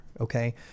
Okay